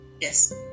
Yes